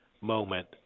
moment